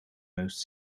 most